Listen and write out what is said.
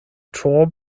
tor